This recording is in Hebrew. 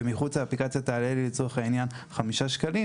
ומחוץ לאפליקציה זה יעלה לצורך העניין 5 שקלים